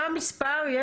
מה המספר?